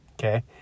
okay